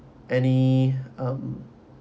any um